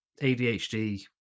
ADHD